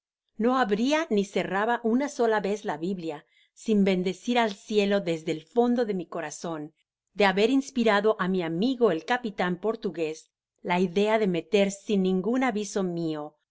no abria ni cerraba una sola vez la biblia sin bendecir al cielo desde el fondo de mi corazon de haber inspirado á mi amigo el capitan portugués la idea de meter sin ningun aviso mio